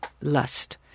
lust